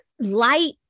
light